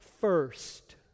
first